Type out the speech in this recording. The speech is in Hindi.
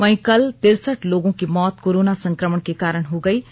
वहीं कल तिरसठ लोगों की मौत कोरोना संकमण के कारण हो गई है